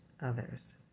others